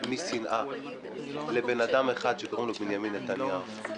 משנאה לאדם אחד שקוראים לו בנימין נתניהו,